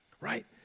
Right